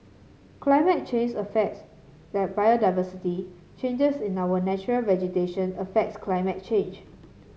climate change affects the biodiversity changes in our natural vegetation affects climate change